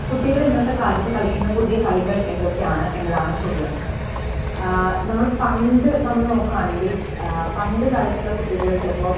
കുട്ടികൾ ഇന്നത്തെ കാലത്ത് കളിക്കുന്ന പുതിയ കളികൾ എന്തൊക്കെയാണ് എന്നതാണ് ചോദ്യം നമ്മൾ പണ്ട് നമ്മള് നോക്കുകയാണെങ്കിൽ പണ്ട് കാലത്തുള്ള കുട്ടികള് ചിലപ്പോൾ